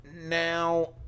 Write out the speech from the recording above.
Now